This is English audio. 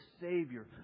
Savior